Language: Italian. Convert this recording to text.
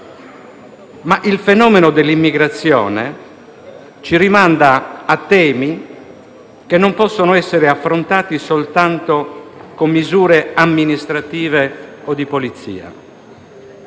Il fenomeno dell'immigrazione ci rimanda tuttavia a temi che non possono essere affrontati soltanto con misure amministrative o di polizia.